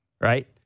right